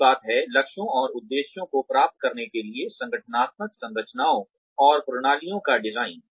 दूसरी बात है लक्ष्यों और उद्देश्यों को प्राप्त करने के लिए संगठनात्मक संरचनाओं और प्रणालियों का डिज़ाइन